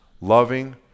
loving